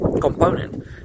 component